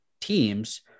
teams